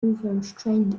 overstrained